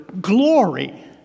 glory